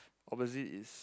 opposite is